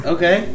Okay